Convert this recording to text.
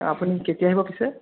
আপুনি কেতিয়া আহিব পিছে